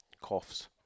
Coughs